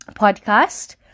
podcast